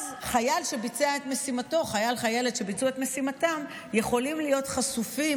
אז חייל או חיילת שביצעו את משימתם יכולים להיות חשופים,